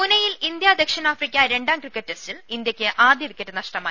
പൂനെയിൽ ഇന്ത്യാ ദക്ഷിണാഫ്രിക്കാ രണ്ടാം ക്രിക്കറ്റ് ടെസ്റ്റിൽ ഇന്ത്യയ്ക്ക് ആദ്യ ്വിക്കറ്റ് നഷ്ടമായി